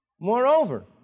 Moreover